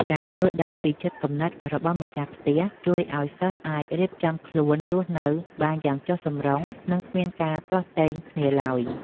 ការយល់ដឹងពីចិត្តគំនិតរបស់ម្ចាស់ផ្ទះជួយឱ្យសិស្សអាចរៀបចំខ្លួនរស់នៅបានយ៉ាងចុះសម្រុងនិងគ្មានការទាស់ទែងគ្នាឡើយ។